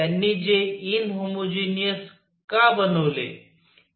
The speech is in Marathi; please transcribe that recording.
त्यांनी ते इनहोमोजिनियस का बनवले